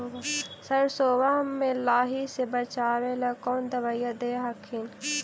सरसोबा मे लाहि से बाचबे ले कौन दबइया दे हखिन?